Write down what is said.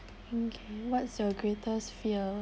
what's your greatest fear